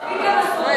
האם אתה אומר